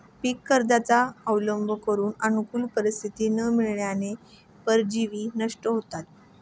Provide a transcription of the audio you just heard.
पीकचक्राचा अवलंब करून अनुकूल परिस्थिती न मिळाल्याने परजीवी नष्ट होतात